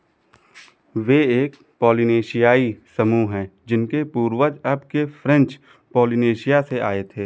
वे एक पॉलिनेशियाई समूह हैं जिनके पूर्वज अब के फ्रेंच पॉलिनेशिया से आए थे